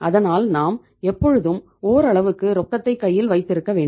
அதனால் நாம் எப்பொழுதும் ஓரளவுக்கு ரொக்கத்தை கையில் வைத்திருக்க வேண்டும்